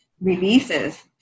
releases